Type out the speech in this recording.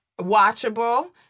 watchable